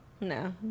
No